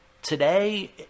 Today